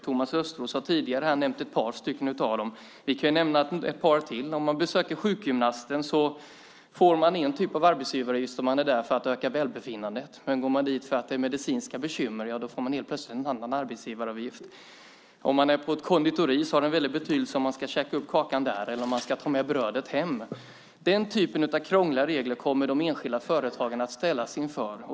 Thomas Östros har tidigare här nämnt ett par av dem. Vi kan nämna ett par till. Om man besöker sjukgymnasten får man en typ av arbetsgivaravgift om man är där för att öka välbefinnandet, men går man dit för medicinska bekymmer får man en annan arbetsgivaravgift. Om man är på ett konditori har det en väldig betydelse om man ska käka upp kakan där eller om man ska ta med brödet hem. Den typen av krångliga regler kommer de enskilda företagarna att ställas inför.